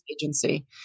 agency